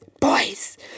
boys